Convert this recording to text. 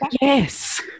Yes